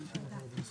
האלה